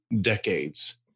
decades